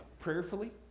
prayerfully